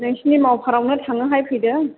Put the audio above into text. नोंसिनि मावफारावनो थांनोहाय फैदों